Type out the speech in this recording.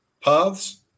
paths